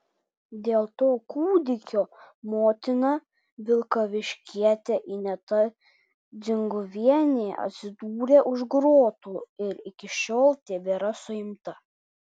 dėl to kūdikio motina vilkaviškietė ineta dzinguvienė atsidūrė už grotų ir iki šiol tebėra suimta